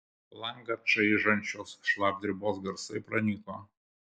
langą čaižančios šlapdribos garsai pranyko